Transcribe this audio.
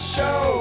Show